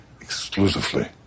exclusively